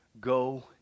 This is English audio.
Go